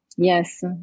Yes